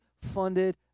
funded